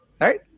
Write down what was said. right